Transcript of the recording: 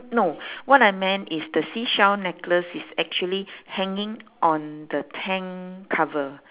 no what I meant is the seashell necklace is actually hanging on the tent cover